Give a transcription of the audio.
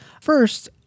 First